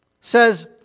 Says